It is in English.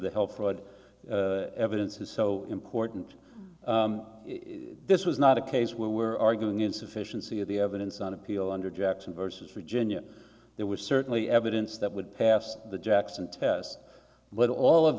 the health fraud evidence is so important this was not a case where we're arguing insufficiency of the evidence on appeal under jackson versus virginia there was certainly evidence that would pass the jackson test but all of